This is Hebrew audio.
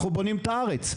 אנחנו בונים את הארץ.